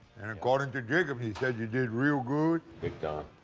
and according to jacob he said you did real good. big time.